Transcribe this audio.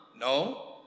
no